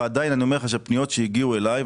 ועדיין אני אומר לך שהפניות שהגיעו אליי,